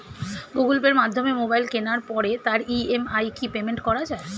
Google Pay মাধ্যমে mobile কেনার পরে তার ই.এম.আই কি পেমেন্ট করা যায়?